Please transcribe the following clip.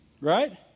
Right